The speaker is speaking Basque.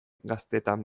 gaztetan